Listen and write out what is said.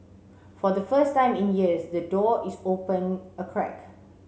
for the first time in years the door is open a crack